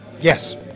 Yes